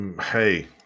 hey